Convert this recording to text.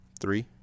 three